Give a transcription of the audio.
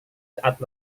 saat